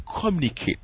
communicate